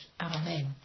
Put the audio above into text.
Amen